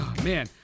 Man